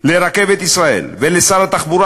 ל"רכבת ישראל" ולשר התחבורה,